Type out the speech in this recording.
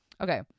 okay